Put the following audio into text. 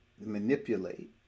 manipulate